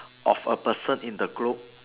of a person in the group